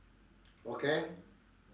okay